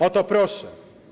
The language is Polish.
O to proszę.